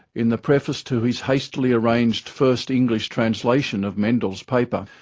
in the preface to his hastily arranged first english translation of mendel's paper,